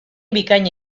bikaina